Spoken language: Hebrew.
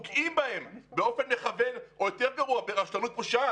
עלו פה טענות לגבי היקף מימוש נמוך אבל בסוף היקף